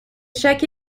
chaque